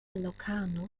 locarno